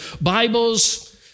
Bibles